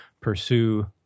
pursue